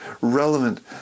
relevant